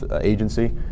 agency